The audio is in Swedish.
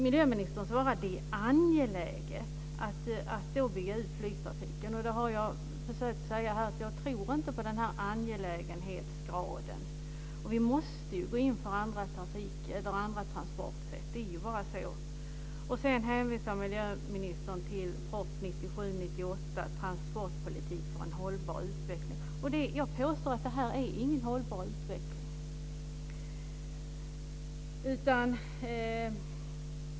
Miljöministern svarar att det är angeläget att bygga ut flygtrafiken. Jag har försökt säga att jag inte tror på denna angelägenhetsgrad. Vi måste ju gå in för andra transportsätt. Det är ju bara så. Sedan hänvisar miljöministern till proposition 1997/98:56, Transportpolitik för en hållbar utveckling. Jag påstår att det här inte är någon hållbar utveckling.